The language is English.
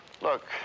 Look